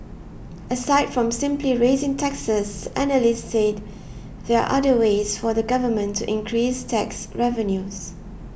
aside from simply raising taxes analysts said there are other ways for the Government to increase tax revenues